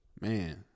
man